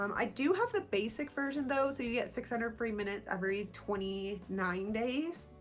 um i do have the basic version though so you get six hundred free minutes every twenty nine days.